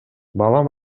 балам